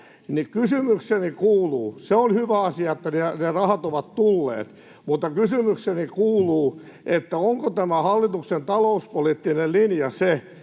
ja somekeskustelu. Se on hyvä asia, että ne rahat ovat tulleet, mutta kysymykseni kuuluu: onko tämä hallituksen talouspoliittinen linja se,